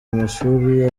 amashuri